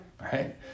Right